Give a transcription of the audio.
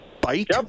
bite